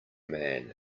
man